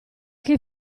che